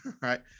right